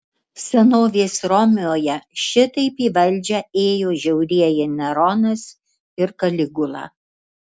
senovės romoje šitaip į valdžią ėjo žiaurieji neronas ir kaligula